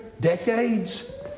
Decades